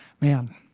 man